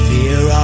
Fear